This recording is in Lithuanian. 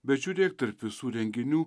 bet žiūrėk tarp visų renginių